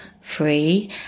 free